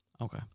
Okay